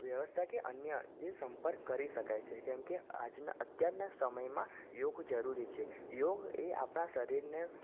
વ્યવસ્થા કે અન્ય જે સંપર્ક કરી શકાય છે કેમકે આજના અત્યારના સમયમાં યોગ જરૂરી છે યોગ એ આપણાં શરીરને